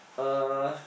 uh